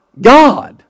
God